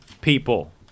people